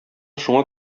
шуңа